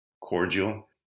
cordial